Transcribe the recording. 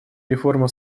реформа